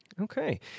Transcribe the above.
okay